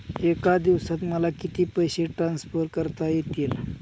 एका दिवसात मला किती पैसे ट्रान्सफर करता येतील?